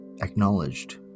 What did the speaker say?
acknowledged